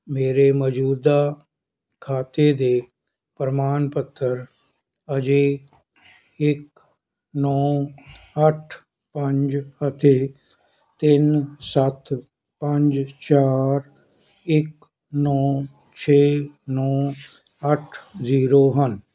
ਮੇਰੇ ਮੌਜੂਦਾ ਖਾਤੇ ਦੇ ਪ੍ਰਮਾਣ ਪੱਤਰ ਅਜੇ ਇੱਕ ਨੌਂ ਅੱਠ ਪੰਜ ਅਤੇ ਤਿੰਨ ਸੱਤ ਪੰਜ ਚਾਰ ਇੱਕ ਨੌਂ ਛੇ ਨੌਂ ਅੱਠ ਜੀਰੋ ਹਨ